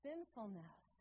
Sinfulness